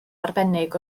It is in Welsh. arbennig